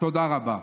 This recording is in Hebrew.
תודה רבה.